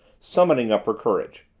summoning up her courage.